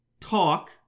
talk